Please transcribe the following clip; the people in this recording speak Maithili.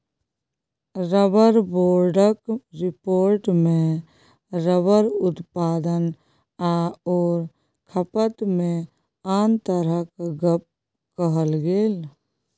रबर बोर्डक रिपोर्टमे रबर उत्पादन आओर खपतमे अन्तरक गप कहल गेल